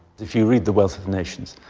if you read the wealth of nations,